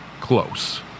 close